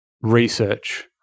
Research